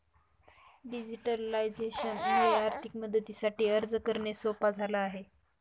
digitalisation मुळे आर्थिक मदतीसाठी अर्ज करणे सोप झाला आहे